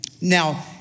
Now